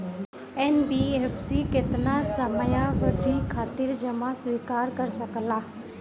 NBFC केतना समयावधि खातिर जमा स्वीकार कर सकला?